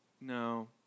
No